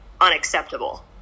unacceptable